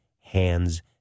hands